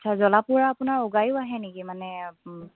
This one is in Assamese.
আচ্ছা জ্বলা পোৰা আপোনাৰ উগাৰো আহে নেকি মানে